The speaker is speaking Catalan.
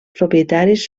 propietaris